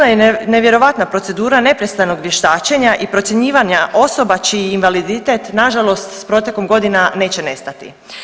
i nevjerojatna procedura neprestanog vještačenja i procjenjivanja osoba čiji invaliditet nažalost s protekom godina neće nestati.